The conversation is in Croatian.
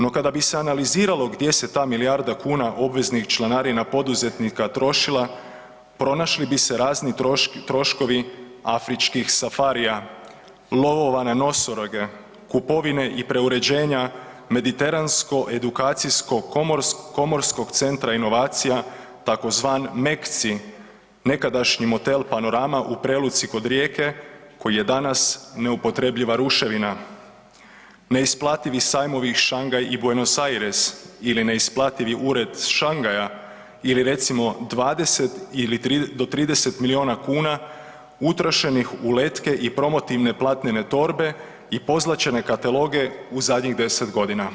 No kada bi se analiziralo gdje se ta milijarda kuna obveznih članarina poduzetnika trošila pronašli bi se razni troškovi afričkih safarija, lovova na nosoroge, kupovine i preuređenja mediteransko edukacijskog komorskog centra inovacija tzv. MEKC-i nekadašnji motel Panorama u Preluci kod Rijeke koji je danas neupotrebljiva ruševina, neisplativi sajmovi Shanghai i Buenos Aires ili neisplativi ured Shanghaia ili recimo 20 do 30 miliona kuna utrošenih u letke i promotivne platnene torbe i pozlaćene kataloge u zadnjih 10 godina.